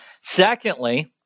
Secondly